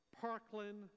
Parkland